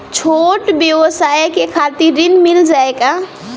छोट ब्योसाय के खातिर ऋण मिल जाए का?